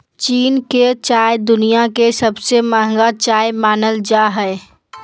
चीन के चाय दुनिया के सबसे महंगा चाय मानल जा हय